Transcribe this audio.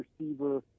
receiver